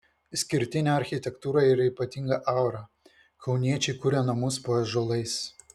išskirtinė architektūra ir ypatinga aura kauniečiai kuria namus po ąžuolais